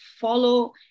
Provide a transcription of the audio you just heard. follow